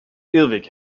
irrweg